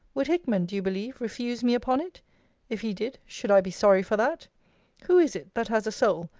would hickman, do you believe, refuse me upon it if he did, should i be sorry for that who is it, that has a soul,